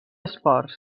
esports